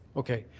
okay.